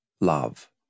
love